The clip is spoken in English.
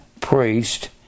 priest